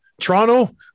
Toronto